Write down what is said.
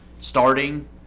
starting